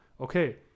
okay